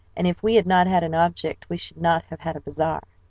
and if we had not had an object we should not have had a bazaar.